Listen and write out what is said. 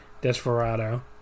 Desperado